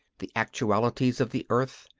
the actualities of the earth,